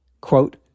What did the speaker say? quote